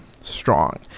strong